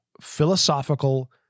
philosophical